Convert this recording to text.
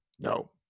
no